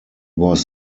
was